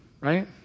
right